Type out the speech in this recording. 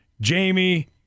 Jamie